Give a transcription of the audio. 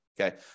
Okay